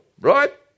right